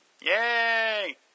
Yay